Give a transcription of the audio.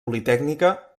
politècnica